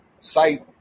site